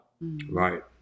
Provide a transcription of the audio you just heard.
right